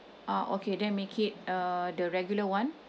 ah okay then make it uh the regular one